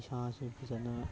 ꯏꯁꯥꯁꯦ ꯐꯖꯅ